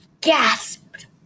gasped